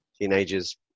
teenagers